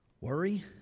Worry